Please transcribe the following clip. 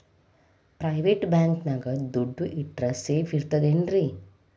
Private bank ನ್ಯಾಗ್ ದುಡ್ಡ ಇಟ್ರ ಸೇಫ್ ಇರ್ತದೇನ್ರಿ?